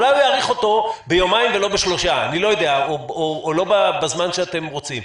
אולי הוא יאריך אותו ביומיים ולא בשלושה או לא בזמן שאתם רוצים.